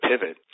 pivot